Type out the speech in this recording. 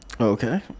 Okay